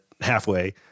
halfway